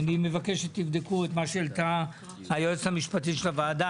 אני מבקש שתבדקו את מה שהעלתה היועצת המשפטית של הוועדה.